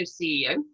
CEO